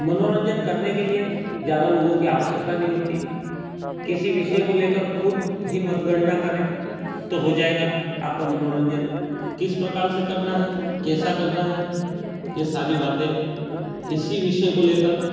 मनोरंजन करने के लिए ज्यादा लोगों की आवश्यकता नहीं होती किसी विषय को लेकर खुद ही मतगणना करें तो हो जाएगा आपका मनोरंजन किस प्रकार से करना है कैसा करना है ये सारी बातें इसी विषय को लेकर